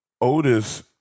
Otis